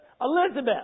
Elizabeth